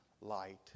light